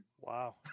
Wow